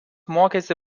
mokėsi